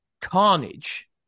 carnage